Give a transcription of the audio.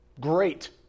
great